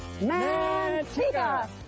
Manteca